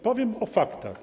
Powiem o faktach.